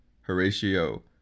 Horatio